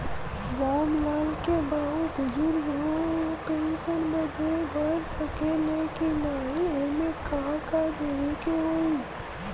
राम लाल के बाऊ बुजुर्ग ह ऊ पेंशन बदे भर सके ले की नाही एमे का का देवे के होई?